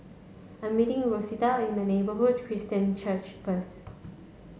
I'm meeting Rosita in the Neighbourhood Christian Church first